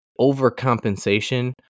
overcompensation